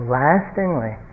lastingly